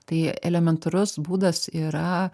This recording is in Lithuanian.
tai elementarus būdas yra